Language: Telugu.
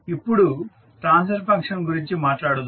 ఇప్పుడు ట్రాన్స్ఫర్ ఫంక్షన్ గురించి మాట్లాడుదాం